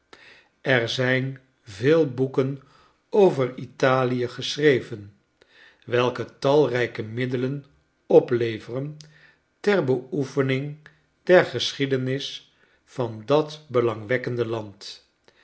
er zijn veel boeken over italie geschreven welke talrijke middelen opleveren ter beoefening der geschiedenis van dat belangwekkende land